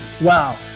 Wow